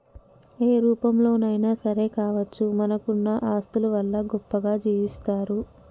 ఏ రూపంలోనైనా సరే కావచ్చు మనకున్న ఆస్తుల వల్ల గొప్పగా జీవిస్తరు